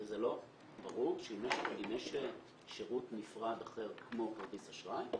וזה לא ברור שאם יש שירות נפרד אחר כמו כרטיס אשראי,